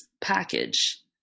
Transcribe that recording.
package